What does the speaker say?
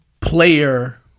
player